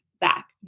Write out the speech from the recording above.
back